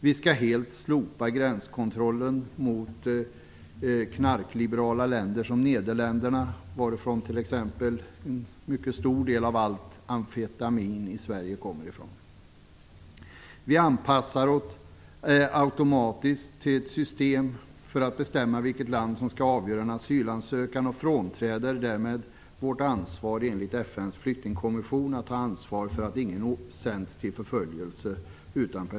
Vi skall helt slopa gränskontrollen mot knarkliberala länder som Nederländerna, varifrån t.ex. en mycket stor del av allt amfetamin i Sverige kommer. Vi anpassar oss automatiskt till ett system för att bestämma vilket land som skall avgöra en asylansökan och frånträder därmed vårt ansvar enligt FN:s flyktingkonvention att ingen utan personlig prövning sänds till förföljelse.